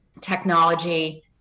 technology